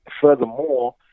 furthermore